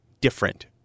different